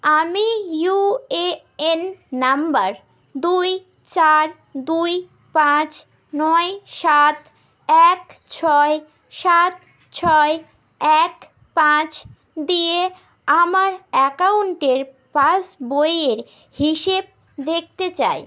আমি UAN number দুই চার দুই পাঁচ নয় সাত এক ছয় সাত ছয় এক পাঁচ দিয়ে আমার অ্যাকাউন্টের পাসবইয়ের হিসেব দেখতে চাই